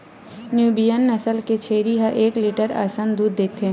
Nubian नसल के छेरी ह एक लीटर असन दूद देथे